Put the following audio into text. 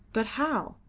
but how?